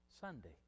Sunday